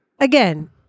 again